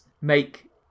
make